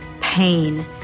pain